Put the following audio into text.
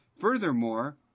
Furthermore